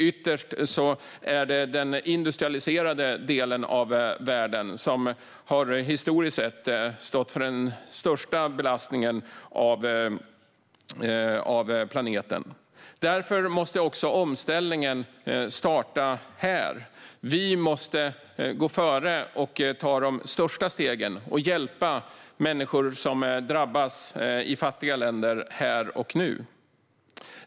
Ytterst är det den industrialiserade delen av världen som historiskt sett har stått för den största belastningen av planeten. Därför måste också omställningen starta här. Vi måste gå före och ta de största stegen och hjälpa människor som drabbas i fattiga länder här och nu.